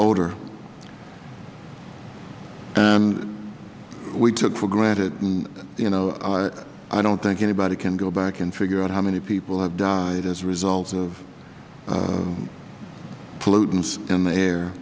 odor and we took for granted you know i don't think anybody can go back and figure out how many people have died as a result of pollutants in the air